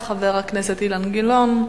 חבר הכנסת אילן גילאון,